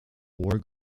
war